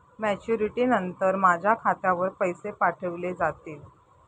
Maturity नंतर माझ्या खात्यावर पैसे पाठविले जातील?